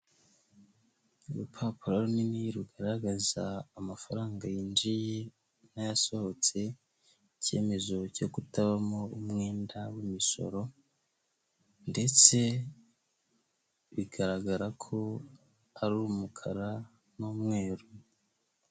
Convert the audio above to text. Urupapuro runini rugaragaza amafaranga yinjiye n'ayasohotse. Icyemezo cyo kutabamo umwenda w'imisoro. Ndetse bigaragara ko ari umukara n'umweru.